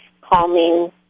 calming